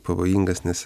pavojingas nes